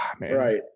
Right